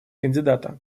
кандидата